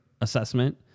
assessment